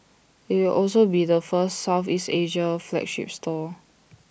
IT will also be the first Southeast Asia flagship store